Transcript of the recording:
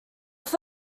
were